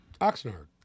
Oxnard